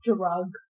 Drug